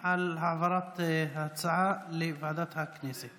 מאחר שההצעה הזאת כבר עבדה לוועדה וכבר הוחלט עליה,